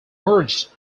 merged